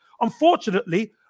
Unfortunately